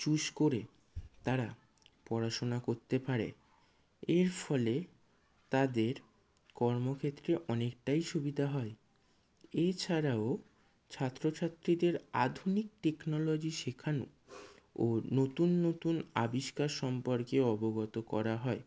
choose করে তারা পড়াশোনা করতে পারে এর ফলে তাদের কর্মক্ষেত্রে অনেকটাই সুবিধা হয় এছাড়াও ছাত্র ছাত্রীদের আধুনিক টেকনোলজি শেখানো ও নতুন নতুন আবিষ্কার সম্পর্কেও অবগত করা হয়